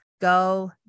go